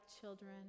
children